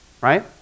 right